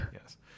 yes